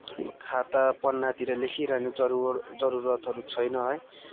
खाता पन्नातिर लेखिरहनु जरुर जरुरतहरू छैन है